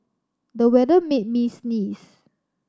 the weather made me sneeze